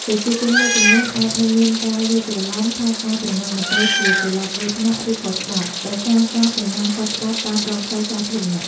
ប្រជាជនមួយចំនួនអាចនៅមានការយល់ច្រឡំថាការប្រណាំងម៉ូតូជាកីឡាគ្រោះថ្នាក់ ឬខុសច្បាប់ ដោយសារការប្រណាំងខុសច្បាប់តាមដងផ្លូវសាធារណៈ។